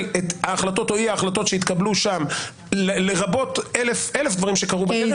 את ההחלטות או אי ההחלטות שהתקבלו שם לרבות אלף דברים שקרו בדרך.